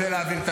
תנהל את הישיבה.